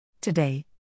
Today